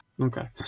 okay